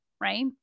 Right